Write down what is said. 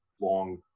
long